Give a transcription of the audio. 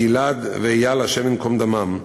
גיל-עד ואיל, השם ייקום דמם,